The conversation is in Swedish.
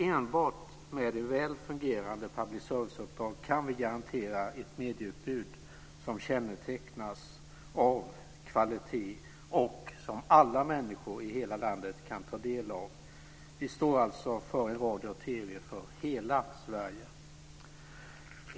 Enbart med ett väl fungerande public service-uppdrag kan vi garantera ett medieutbud som kännetecknas av kvalitet och som alla människor i hela landet kan ta del av. Vi står alltså för en radio och TV för hela Sverige.